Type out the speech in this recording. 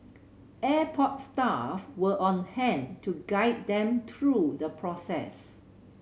airport staff were on hand to guide them through the process